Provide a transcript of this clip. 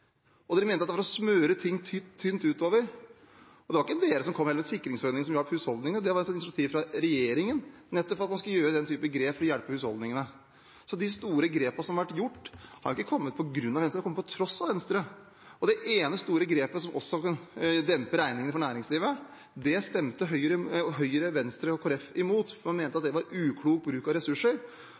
De mente at det var å smøre ting tynt utover. Det var ikke de som kom med den sikringsordningen som hjalp husholdningene, det var et initiativ fra regjeringen, nettopp for at man skulle gjøre den typen grep for å hjelpe husholdningene. Så de store grepene som har vært gjort, er ikke kommet på grunn av Venstre – de er kommet på tross av Venstre. Og det ene store grepet som også demper regningene for næringslivet, stemte Høyre, Venstre og Kristelig Folkeparti mot, for man mente at det var uklok bruk av ressurser.